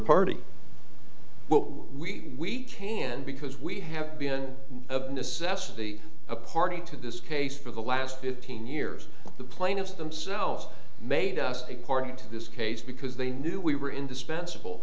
party well we can because we have been a necessity a party to this case for the last fifteen years the plaintiffs themselves made us a party to this case because they knew we were indispensable